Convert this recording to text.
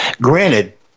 granted